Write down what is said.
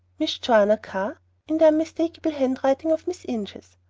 miss joanna carr in the unmistakable handwriting of miss inches.